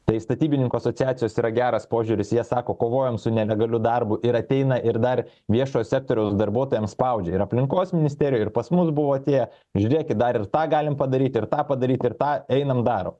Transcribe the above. tai statybininkų asociacijos yra geras požiūris jie sako kovojam su nelegaliu darbu ir ateina ir dar viešo sektoriaus darbuotojams spaudžia ir aplinkos ministerijoj ir pas mus buvo atėję žiūrėkit dar ir tą galim padaryt ir tą padaryt ir tą einam darom